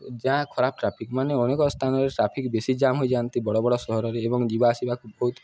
ଯାହା ଖରାପ ଟ୍ରାଫିକ୍ମାନେ ଅନେକ ସ୍ଥାନରେ ଟ୍ରାଫିକ୍ ବେଶୀ ଜାମ୍ ହୋଇଯାଆନ୍ତି ବଡ଼ ବଡ଼ ସହରରେ ଏବଂ ଯିବା ଆସିବାକୁ ବହୁତ